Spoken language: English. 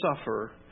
suffer